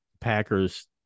Packers